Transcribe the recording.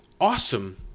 awesome